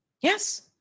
Yes